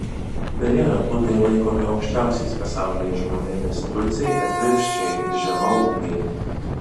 beje hutai laikomi aukščiausiais pasaulyje žmonėmis tutsiai atvirkščiai žemaūgiai